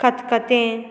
खतखतें